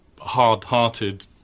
hard-hearted